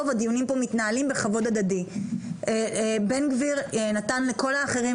לא הפרעתי לך ואני שומע את השטויות שלך מהתחלה.